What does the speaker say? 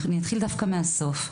אני אתחיל דווקא מהסוף,